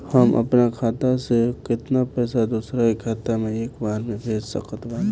हम अपना खाता से केतना पैसा दोसरा के खाता मे एक बार मे भेज सकत बानी?